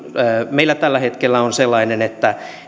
meillä tällä hetkellä on sellainen että